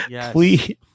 Please